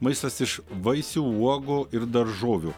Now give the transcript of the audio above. maistas iš vaisių uogų ir daržovių